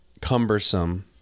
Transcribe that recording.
cumbersome